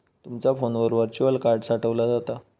तुमचा फोनवर virtual card साठवला जाता